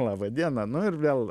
laba diena nu ir vėl